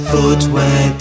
Footwear